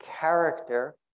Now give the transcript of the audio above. character